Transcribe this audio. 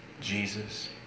Jesus